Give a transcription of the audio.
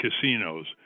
casinos